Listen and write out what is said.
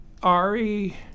Ari